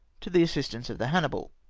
to the assistance of the hannibal.